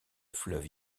fleuve